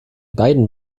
beiden